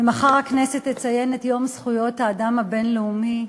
ומחר הכנסת תציין את יום זכויות האדם הבין-לאומי.